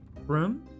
room